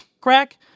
crack